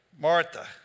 Martha